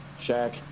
Shaq